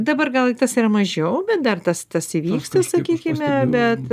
dabar gal tas yra mažiau bet dar tas tas įvyksta sakykime bet